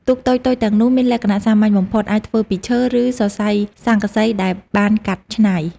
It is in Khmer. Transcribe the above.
ទូកតូចៗទាំងនោះមានលក្ខណៈសាមញ្ញបំផុត អាចធ្វើពីឈើ ឬសរសៃស័ង្កសីដែលបានកាត់ច្នៃ។